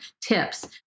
tips